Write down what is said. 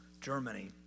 Germany